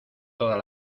todas